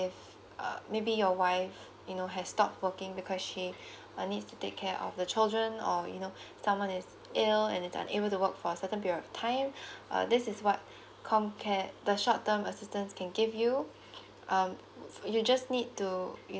if uh maybe your wife you know has stopped working because she err needs to take care of the children or you know someone is ill and unable to work for a certain period of time uh this is what comcare the short term assistance can give you um you just need to you